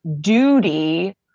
duty